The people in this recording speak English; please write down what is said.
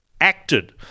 acted